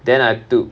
then I took